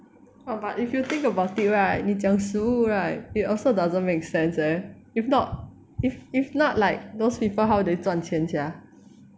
!wah! but if you think about it right 你讲食物 right it also doesn't make sense leh if not if if not like those people how they 赚钱 sia